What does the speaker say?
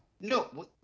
No